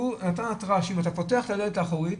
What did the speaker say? שהוא נותן התראה שאם אתה פותח את הדלת האחורית